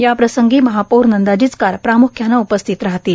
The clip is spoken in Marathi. याप्रसंगी महापौर नंदा जिचकार प्राम्ख्याने उपस्थित राहतील